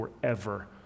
forever